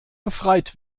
befreit